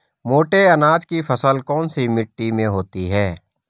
मोटे अनाज की फसल कौन सी मिट्टी में होती है?